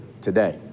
today